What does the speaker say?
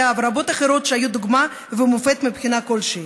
דבורה הנביאה ורבות אחרות שהיו דוגמה ומופת מבחינה כלשהי.